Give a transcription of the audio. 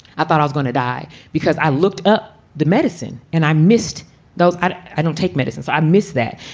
i thought i was going to die because i looked up the medicine and i missed those. i don't take medicines. i miss that.